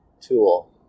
tool